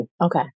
Okay